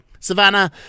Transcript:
Savannah